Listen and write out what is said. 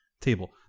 Table